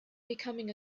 becoming